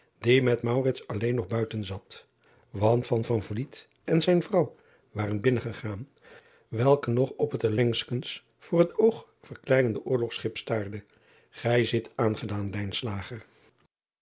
die met alleen nog buiten zat want van en zijn vrouw waren binnengegaan welke nog op het allengskens voor het oog verkleinende oorlogschip staarde ij zit aangedaan